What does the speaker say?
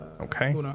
Okay